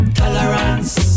tolerance